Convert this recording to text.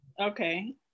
okay